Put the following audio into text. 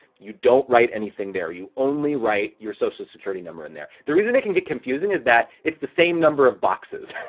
you don't write anything there, you only write your social security number in there. the reason it can get confusing is that, it's the same number of boxes,